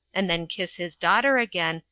and then kiss his daughter again,